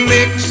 Mix